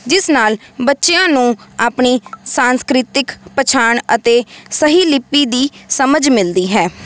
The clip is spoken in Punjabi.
ਜਿਸ ਨਾਲ ਬੱਚਿਆਂ ਨੂੰ ਆਪਣੀ ਸੰਸਕ੍ਰਿਤਿਕ ਪਛਾਣ ਅਤੇ ਸਹੀ ਲਿਪੀ ਦੀ ਸਮਝ ਮਿਲਦੀ ਹੈ